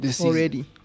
already